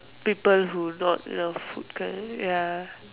people who not love food kind ya